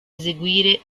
eseguire